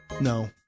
No